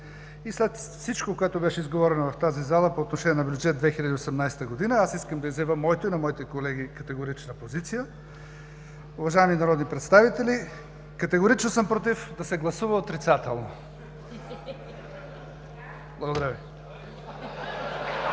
и след всичко, което беше изговорено в тази зала по отношение на Бюджет 2018 г. искам да изявя моята и на моите колеги категорична позиция: уважаеми народни представители, категорично съм против да се гласува отрицателно. Благодаря Ви.